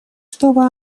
чтобы